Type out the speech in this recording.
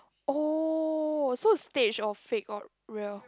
oh so it's staged or fake or real